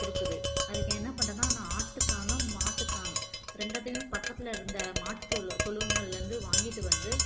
கொடுக்குது அதுக்கு என்ன பண்ணுறேன்னா நான் ஆட்டு சாணம் மாட்டு சாணம் ரெண்டுத்தையும் பக்கத்தில் இருந்த மாட்டு தொழுவங்கள்லேருந்து வாங்கிட்டு வந்து